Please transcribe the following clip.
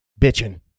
bitching